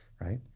right